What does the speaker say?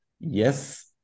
yes